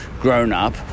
grown-up